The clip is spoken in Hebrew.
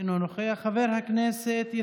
חבר הכנסת אלכס קושניר,